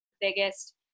biggest